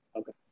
Okay